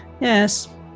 Yes